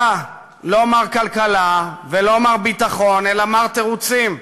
אתה לא מר כלכלה ולא מר ביטחון אלא מר תירוצים.